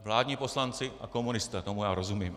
Vládní poslanci a komunisté, tomu já rozumím.